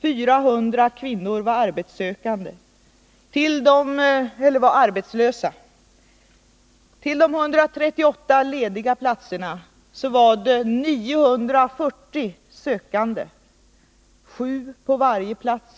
400 kvinnor var arbetslösa. Till de 138 lediga platserna var det 940 sökande, 7 på varje plats.